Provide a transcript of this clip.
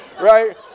Right